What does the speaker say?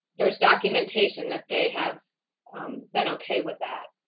there is documentation that they have been okay with that.